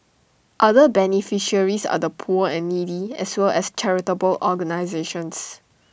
other beneficiaries are the poor and needy as well as charitable organisations